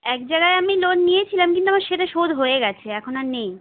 এক জায়গায় আমি লোন নিয়েছিলাম কিন্তু আমার সেটা শোধ হয় গেছে এখন আর নেই